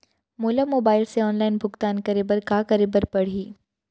मोला मोबाइल से ऑनलाइन भुगतान करे बर का करे बर पड़ही?